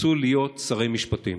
רצו להיות שרי משפטים,